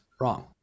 wrong